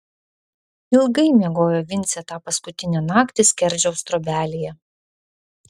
ilgai miegojo vincė tą paskutinę naktį skerdžiaus trobelėje